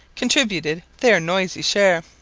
contributed their noisy share.